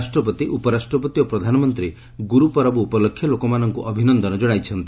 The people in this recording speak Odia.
ରାଷ୍ଟ୍ରପତି ଉପରାଷ୍ଟ୍ରପତି ଓ ପ୍ରଧାନମନ୍ତ୍ରୀ ଗୁରୁପରବ ଉପଲକ୍ଷେ ଲୋକମାନଙ୍କୁ ଅଭିନନ୍ଦନ କ୍ଷଣାଇଛନ୍ତି